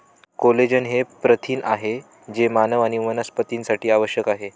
collagen हे प्रथिन आहे जे मानव आणि वनस्पतींसाठी आवश्यक आहे